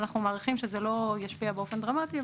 אנחנו מעריכים שזה לא ישפיע באופן דרמטי,